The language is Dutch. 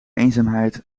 eenzaamheid